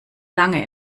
lange